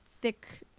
thick